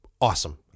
awesome